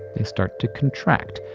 they start to contract,